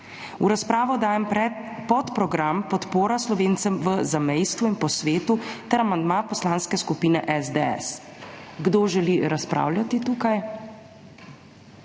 V razpravo dajem podprogram Podpora Slovencem v zamejstvu in po svetu ter amandma Poslanske skupine SDS. Kdo želi tukaj razpravljati?